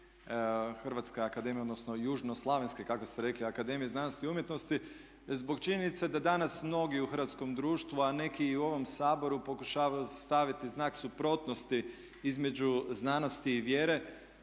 Hrvatske akademije odnosno južno slavenske kako ste rekli Akademije znanosti i umjetnosti zbog činjenice da danas mnogi u hrvatskom društvu, a neki i u ovom Saboru pokušavaju staviti znak suprotnosti između znanosti i vjere